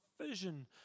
vision